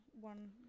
one